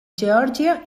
geòrgia